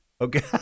Okay